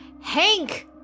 Hank